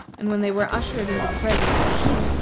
and when they were ushered into the presence of the king,